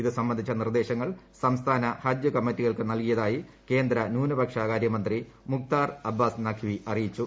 ഇതു സംബന്ധിച്ച നിർദ്ദേശങ്ങൾ സംസ്ഥാന ഹജ്ജ് കമ്മിറ്റികൾക്ക് നൽകിയതായി കേന്ദ്ര ന്യൂനപക്ഷ കാര്യമന്ത്രി മുക്താർ അബ്ബാസ് നഖ്വി അറിയിച്ചു